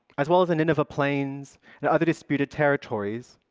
as well as the nineveh plains and other disputed territories,